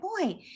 boy